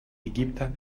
египта